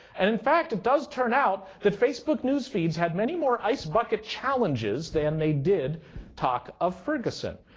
and in fact, it does turn out that facebook news feeds had many more ice bucket challenges than they did talk of ferguson.